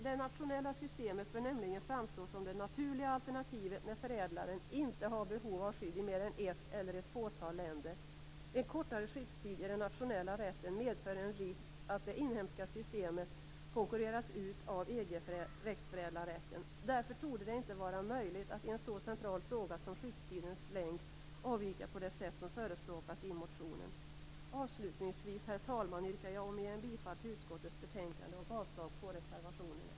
Det nationella systemet bör framstå som det naturliga alternativet när förädlaren inte har behov av skydd i mer än ett eller ett fåtal länder. En kortare skyddstid i den nationella rätten medför en risk att det inhemska systemet konkurreras ut av EG växtförädlarrätten. Därför torde det inte vara möjligt att i en så central fråga som skyddstidens längd avvika på det sätt som förespråkas i motionen. Avslutningsvis, herr talman, yrkar jag bifall till utskottets hemställan och avslag på reservationerna.